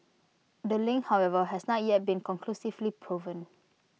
the link however has not yet been conclusively proven